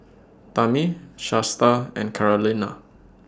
Tammi Shasta and Carolina